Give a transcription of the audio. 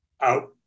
out